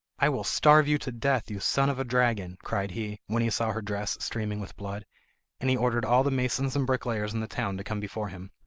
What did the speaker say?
i will starve you to death, you son of a dragon cried he, when he saw her dress streaming with blood and he ordered all the masons and bricklayers in the town to come before him.